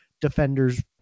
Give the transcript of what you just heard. defenders